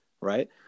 right